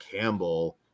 Campbell